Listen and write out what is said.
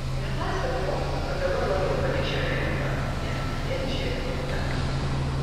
nepaisant to kad dabar labai panėšėjo į elfą jam vis tiek žėlė barzda